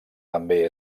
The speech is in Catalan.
també